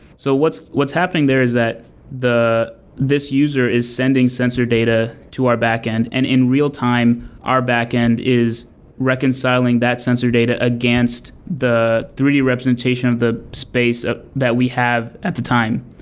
so what's what's happening there is that this user is sending sensor data to our backend, and in real time our backend is reconciling that sensor data against the three representation of the space ah that we have at the time.